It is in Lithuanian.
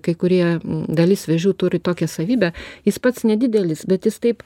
kai kurie dalis vėžių turi tokią savybę jis pats nedidelis bet jis taip